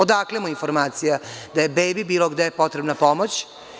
Odakle mu informacija da je bebi bilo gde potrebna pomoć?